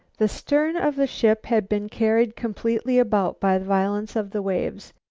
the stern of the ship had been carried completely about by the violence of the waves.